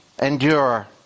endure